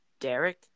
Derek